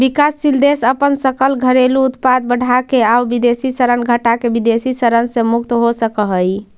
विकासशील देश अपन सकल घरेलू उत्पाद बढ़ाके आउ विदेशी ऋण घटाके विदेशी ऋण से मुक्त हो सकऽ हइ